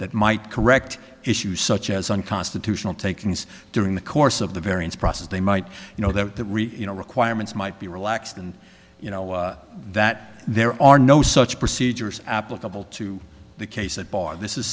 that might correct issues such as unconstitutional takings during the course of the variance process they might you know that you know requirements might be relaxed and you know that there are no such procedures applicable to the case that bar this is